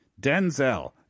Denzel